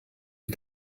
die